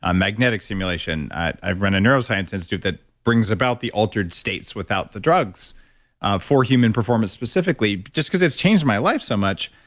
um magnetic stimulation. i run a neuroscience institute that brings about the altered states without the drugs for human performance specifically just because it's changed my life so much